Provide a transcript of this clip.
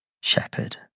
shepherd